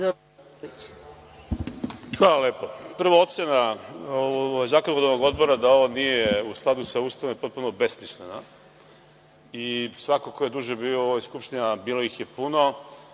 Hvala. Prvo, ocena Zakonodavnog odbora da ovo nije u skladu sa Ustavom je potpuno besmislena. Svako ko je duže bio u ovoj Skupštini, a bilo ih je puno,